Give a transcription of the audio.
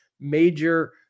major